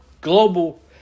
global